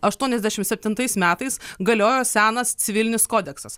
aštuoniasdešimt septintais metais galiojo senas civilinis kodeksas